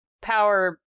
power